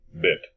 bit